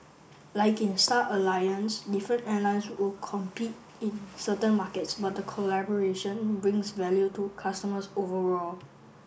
like in Star Alliance different airlines will compete in certain markets but the collaboration brings value to customers overall